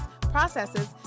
processes